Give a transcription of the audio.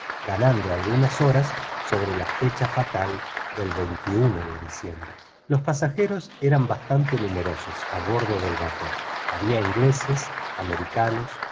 ganando algunas horas sobre la fecha fatal del de diciembre los pasajeros eran bastante numerosos a bordo del vapor había ingleses americanos